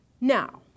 Now